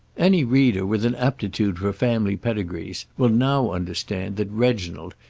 any reader with an aptitude for family pedigrees will now understand that reginald,